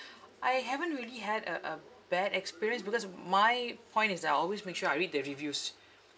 I haven't really had a a bad experience because my point is that I always make sure I read the reviews